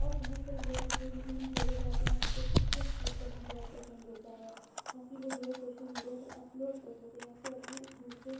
اور بہت سارے لوگ جو نئی نئی جگہ جاتے ہیں ان کو پکچرس کلک کرنا بہت پسند ہوتا ہے تاکہ وہ جو ہے سوشل میڈیا پر اپلوڈ کر سکیں یا پھر اپنے دوسرے